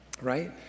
right